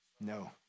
no